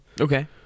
Okay